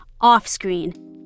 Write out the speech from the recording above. off-screen